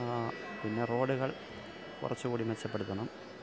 പിന്നെ റോഡ്കൾ കുറച്ചുകൂടി മെച്ചപ്പെടുത്തണം